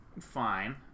Fine